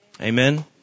Amen